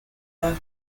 after